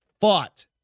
fought